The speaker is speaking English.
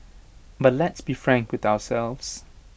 but let's be frank with ourselves